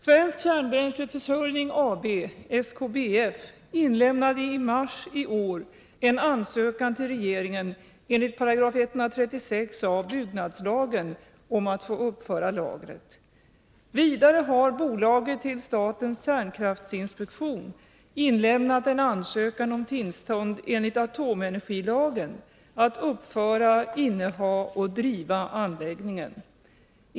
Svensk Kärnbränsleförsörjning AB inlämnade i mars i år en ansökan till regeringen enligt 136 a § byggnadslagen om att få uppföra lagret. Vidare har bolaget till statens kärnkraftinspektion inlämnat en ansökan om tillstånd enligt atomenergilagen att uppföra, inneha och driva anläggningen.